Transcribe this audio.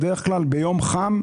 בדרך כלל ביום חם,